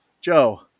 Joe